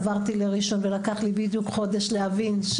עברתי לראשון ולקח לי בדיוק חודש להבין,